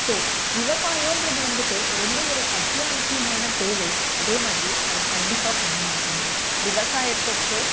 so விவசாயோன்றது வந்துட்டு ரொம்ப ஒரு அத்தியாவசியமான தேவை அதே மாதிரி அத கண்டிப்பாக பண்ணியாகணும் விவசாயத்திற்கு